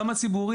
גם הציבוריים,